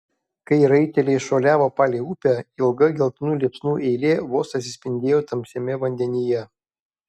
kai raiteliai šuoliavo palei upę ilga geltonų liepsnų eilė vos atsispindėjo tamsiame vandenyje